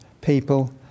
people